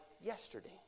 yesterday